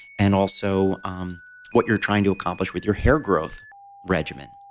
and also um what you're trying to accomplish with your hair growth regimen.